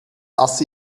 ass